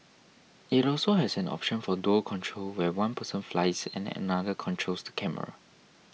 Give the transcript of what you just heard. it also has an option for dual control where one person flies and another controls the camera